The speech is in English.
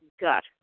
gut